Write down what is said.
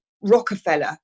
Rockefeller